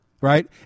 right